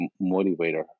motivator